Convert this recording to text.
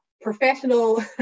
Professional